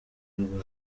rwa